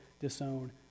disown